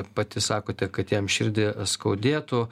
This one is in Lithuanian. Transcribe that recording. pati sakote kad jam širdį skaudėtų